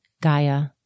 Gaia